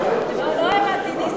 נסים, לא הבנתי.